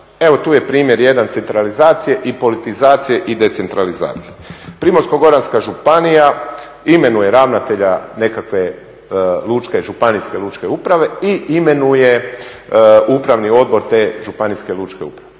Evo, tu je primjer jedan centralizacije i politizacije i decentralizacije. Primorsko-goranska županija imenuje ravnatelja nekakve županijske lučke uprave i imenuje upravni odbor te županijske lučke uprave,